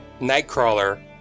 Nightcrawler